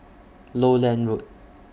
Lowland Road